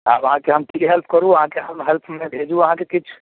आब अहाँकेँ हम की हेल्प करू अहाँकेँ हेल्पमे भेजू अहाँकेँ किछु